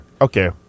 Okay